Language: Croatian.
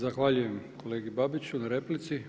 Zahvaljujem kolegi Babiću na replici.